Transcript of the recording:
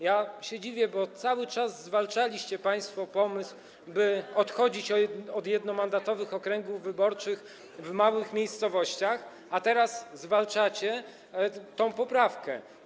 Ja się dziwię, bo cały czas zwalczaliście państwo pomysł, by odchodzić od jednomandatowych okręgów wyborczych w małych miejscowościach, a teraz zwalczacie tę poprawkę.